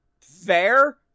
fair